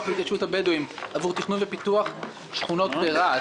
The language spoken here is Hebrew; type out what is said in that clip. והתיישבות הבדואים עבור תכנון ופיתוח שכונות ברהט,